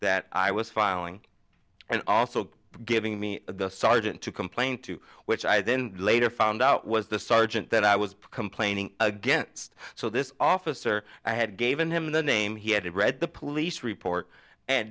that i was filing and also giving me the sergeant to complain to which i then later found out was the sergeant that i was complaining against so this officer i had gave him the name he had read the police report and